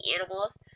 animals